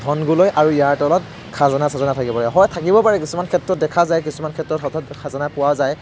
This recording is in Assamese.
ধনগুলৈ আৰু ইয়াৰ তলত খাজানা চাজানা থাকিব পাৰে হয় থাকিব পাৰে কিছুমান ক্ষেত্ৰত দেখা যায় কিছুমান ক্ষেত্ৰত হঠাৎ খাজানা পোৱা যায়